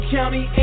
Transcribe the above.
County